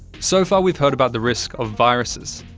so far, we've heard about the risk of viruses,